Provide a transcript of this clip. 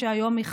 שהיום היא חסרה.